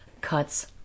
cuts